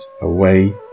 away